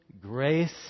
grace